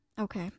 Okay